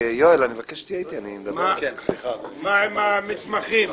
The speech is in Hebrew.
מה עם המסמכים?